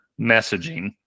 messaging